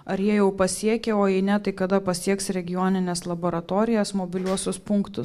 ar jie jau pasiekė o jei ne tai kada pasieks regionines laboratorijas mobiliuosius punktus